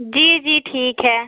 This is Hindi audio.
जी जी ठीक है